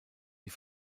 die